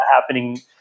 happening –